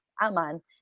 Aman